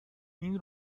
این